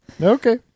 Okay